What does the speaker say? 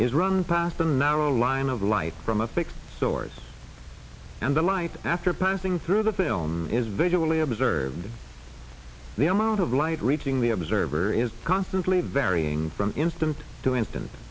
is run past the narrow line of light from a fixed source and the light after passing through the film is visually observed the amount of light reaching the observer is constantly varying from instant to instant